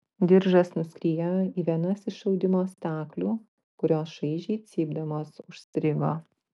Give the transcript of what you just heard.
diržas nuskriejo į vienas iš audimo staklių kurios šaižiai cypdamos užstrigo